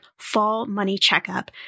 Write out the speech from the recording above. #FallMoneyCheckup